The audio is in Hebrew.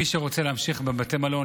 מי שרוצה להמשיך בבית המלון,